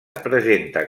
presenta